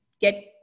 get